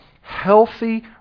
healthy